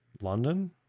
london